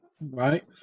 right